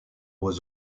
was